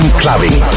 clubbing